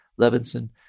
Levinson